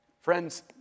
Friends